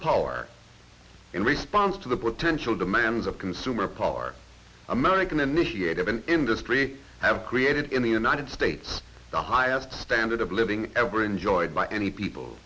power in response to the potential demands of consumer power american initiated an industry have created in the united states the highest standard of living ever enjoyed by any people